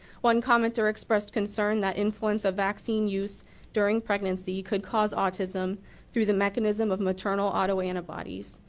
one commenter expressed concern that influence of vaccine use during pregnancy could cause autism through the mechanism of maternal autoantibodies.